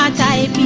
de